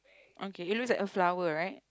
okay it looks like a flower right